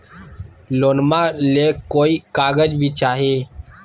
लोनमा ले कोई कागज भी चाही?